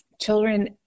children